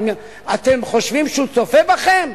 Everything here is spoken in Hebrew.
אתם חושבים שהוא צופה בכם?